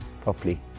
properly